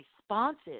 responses